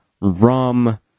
rum